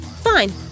Fine